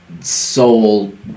soul